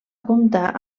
comptar